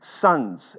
sons